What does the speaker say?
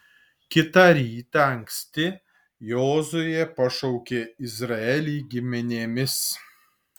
kitą rytą anksti jozuė pašaukė izraelį giminėmis